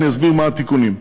ואני אסביר מה התיקונים.